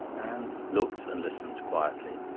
anne looked and listened quietly,